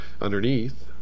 underneath